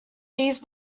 these